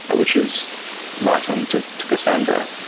which is writing to to cassandra.